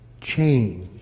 change